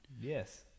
Yes